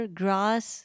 grass